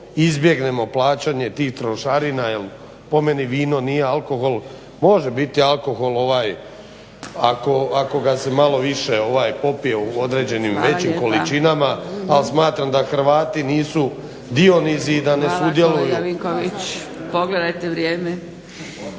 izbjegnemo plaćanje tih trošarina jer po meni vino nije alkohol. Može biti alkohol ako ga se malo više popije u određenim većim količinama, ali smatram da Hrvati nisu Dionizi i da ne sudjeluju. **Zgrebec, Dragica (SDP)** Hvala kolega Vinković. Pogledajte vrijeme.